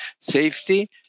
safety